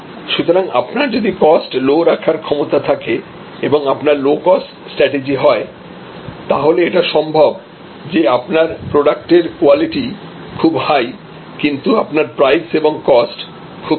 সুতরাং আপনার যদি কস্ট লো রাখার ক্ষমতা থাকে এবং আপনার লো কস্ট স্ট্র্যাটেজি হয় তাহলে এটা সম্ভব যে আপনার প্রোডাক্টের কোয়ালিটি খুব হাই কিন্তু আপনার প্রাইস এবং কস্ট খুব কম